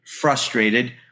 frustrated